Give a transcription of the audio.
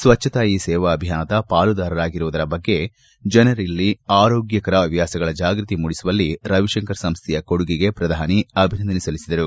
ಸ್ವಚ್ದತಾ ಹಿ ಸೇವಾ ಅಭಿಯಾನದ ಪಾಲುದಾರವಾಗಿರುವುದರ ಜತೆಗೆ ಜನರಲ್ಲಿ ಆರೋಗ್ಡಕರ ಹವ್ದಾಸಗಳ ಜಾಗೃತಿ ಮೂಡಿಸುವಲ್ಲಿ ರವಿಶಂಕರ್ ಸಂಸ್ವೆಯ ಕೊಡುಗೆಗೆ ಪ್ರಧಾನಿ ಅಭಿನಂದನೆ ಸಲ್ಲಿಸಿದರು